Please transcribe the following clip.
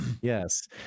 Yes